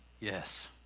Yes